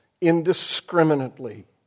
indiscriminately